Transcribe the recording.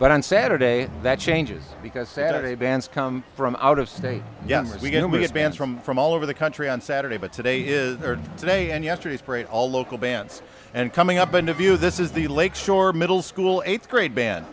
but on saturday that changes because saturday bands come from out of state yes we're going to be bands from from all over the country on saturday but today is today in yesterday's parade all local bands and coming up in the view this is the lake shore middle school eighth grade band